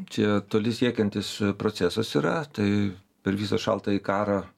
čia toli siekiantis procesas yra tai per visą šaltąjį karą